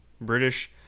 British